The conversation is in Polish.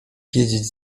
wiedzieć